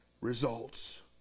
results